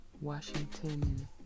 Washington